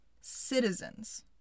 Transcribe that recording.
citizens